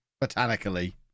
botanically